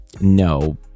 No